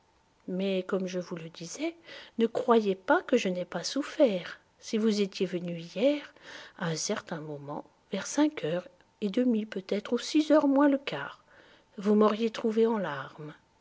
mais comme je vous le disais ne croyez pas que je n'aie pas souffert si vous étiez venu hier à un certain moment vers cinq heures et demie peut-être ou six heures moins le quart vous m'auriez trouvé en larmes